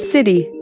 City